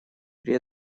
при